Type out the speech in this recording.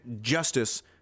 justice